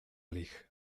league